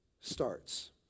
starts